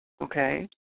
okay